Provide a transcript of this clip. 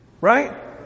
right